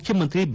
ಮುಖ್ಯಮಂತ್ರಿ ಬಿ